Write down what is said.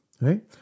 Right